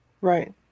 Right